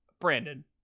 Brandon